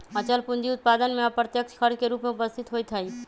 अचल पूंजी उत्पादन में अप्रत्यक्ष खर्च के रूप में उपस्थित होइत हइ